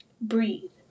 breathe